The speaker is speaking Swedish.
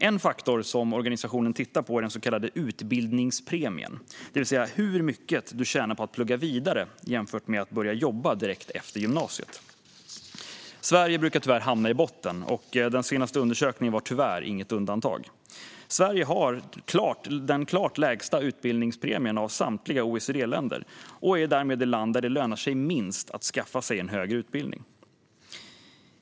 En faktor som organisationen tittar på är den så kallade utbildningspremien, det vill säga hur mycket du tjänar på att plugga vidare jämfört med att börja jobba direkt efter gymnasiet. Sverige brukar hamna i botten, och den senaste undersökningen var tyvärr inget undantag. Sverige har den klart lägsta utbildningspremien av samtliga OECD-länder och är därmed det land där det lönar sig minst att skaffa sig en högre utbildning.